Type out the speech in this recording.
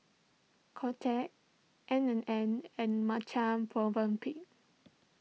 Kotex N ana N and Marche Movenpick